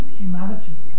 humanity